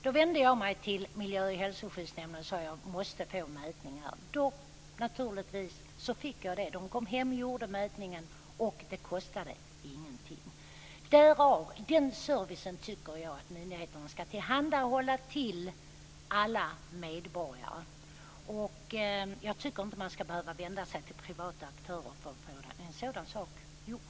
Då vände jag mig till miljö och hälsoskyddsnämnden och sade: Jag måste få en mätning gjord här. Naturligtvis fick jag det. Man kom hem och gjorde mätningen, och det kostade ingenting. Den servicen tycker jag att myndigheterna skall tillhandahålla alla medborgare. Jag tycker inte att man skall behöva vända sig till privata aktörer för att få en sådan sak gjord.